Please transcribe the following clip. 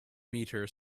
meter